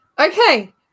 okay